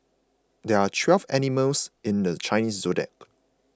there are twelve animals in the Chinese zodiac